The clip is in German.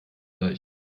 leicht